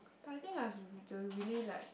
but I think I've to really like